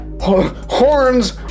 Horns